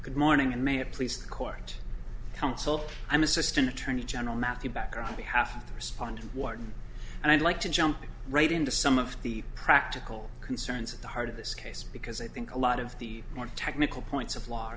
you morning and may it please the court counsel i'm assistant attorney general matthew background we have to respond to warden and i'd like to jump right into some of the practical concerns at the heart of this case because i think a lot of the more technical points of law